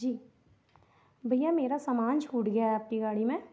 जी भैया मेरा समान छूट गया है आपकी गाड़ी में